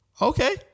Okay